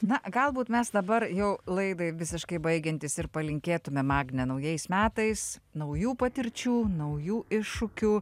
na galbūt mes dabar jau laidai visiškai baigiantis ir palinkėtumėm agne naujais metais naujų patirčių naujų iššūkių